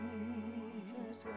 Jesus